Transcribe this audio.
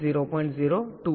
5 તે 0